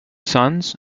sons